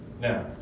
Now